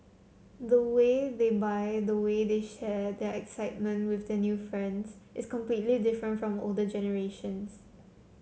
the way they buy the way they share their excitement with their new friends is completely different from older generations